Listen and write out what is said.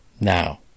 now